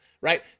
right